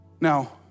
Now